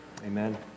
Amen